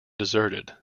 deserted